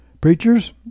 Preachers